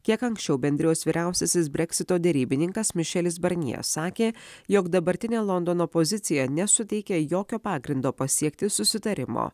kiek anksčiau bendrijos vyriausiasis breksito derybininkas mišelis barnjė sakė jog dabartinė londono pozicija nesuteikia jokio pagrindo pasiekti susitarimo